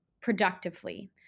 productively